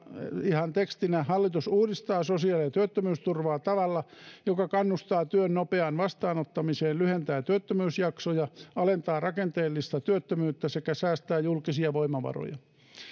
ihan tekstinä hallitus uudistaa sosiaali ja työttömyysturvaa tavalla joka kannustaa työn nopeaan vastaanottamiseen lyhentää työttömyysjaksoja alentaa rakenteellista työttömyyttä ja säästää julkisia voimavaroja